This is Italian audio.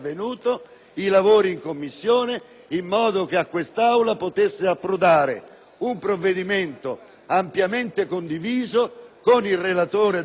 un provvedimento ampiamente condiviso con il relatore di maggioranza e il relatore di minoranza.